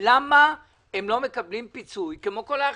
למה הם לא מקבלים פיצוי כמו כל האחרים?